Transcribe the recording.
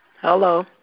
Hello